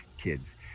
kids